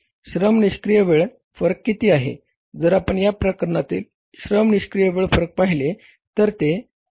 श्रम निष्क्रिय वेळ फरक किती आहे जर आपण या प्रकरणातील श्रम निष्क्रिय वेळ फरक पाहिले तर ती 13 होती